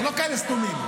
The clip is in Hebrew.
אנחנו לא כאלה סתומים.